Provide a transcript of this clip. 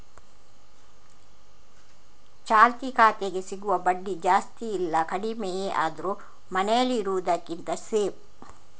ಚಾಲ್ತಿ ಖಾತೆಗೆ ಸಿಗುವ ಬಡ್ಡಿ ಜಾಸ್ತಿ ಇಲ್ಲ ಕಡಿಮೆಯೇ ಆದ್ರೂ ಮನೇಲಿ ಇಡುದಕ್ಕಿಂತ ಸೇಫ್